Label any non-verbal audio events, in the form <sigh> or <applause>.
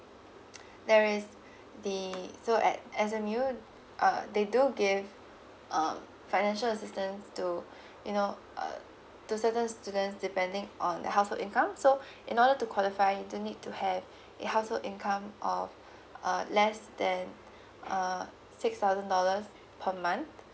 <noise> there is the so at S_M_U uh they do give um financial assistance to you know uh to certain students depending on the household income so in order to qualify you do need to have a household income of uh less than uh six thousand dollars per month